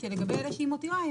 שלגבי אלה שהיא מותירה,